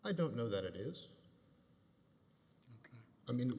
i don't know that it is i mean